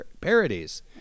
parodies